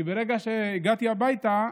כי ברגע שהגעתי הביתה,